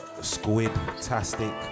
Squid-tastic